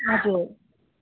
हजुर